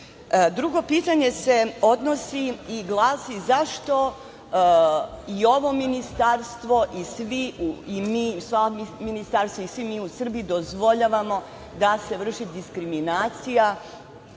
pitanje se odnosi i glasi zašto i ovo ministarstvo i svi mi Srbiji dozvoljavamo da se vrši diskriminacija